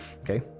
Okay